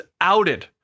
outed